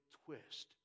twist